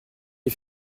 les